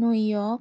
New York